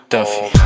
Duffy